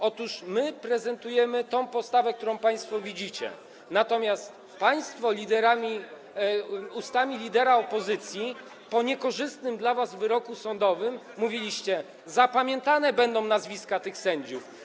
Otóż my prezentujemy taką postawę, jaką państwo widzicie, natomiast państwo ustami lidera opozycji po niekorzystnym dla was wyroku sądowym mówiliście: zapamiętane będą nazwiska tych sędziów.